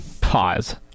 pause